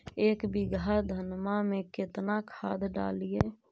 एक बीघा धन्मा में केतना खाद डालिए?